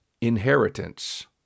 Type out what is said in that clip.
inheritance